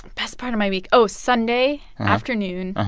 best part of my week oh, sunday afternoon,